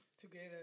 together